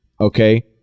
Okay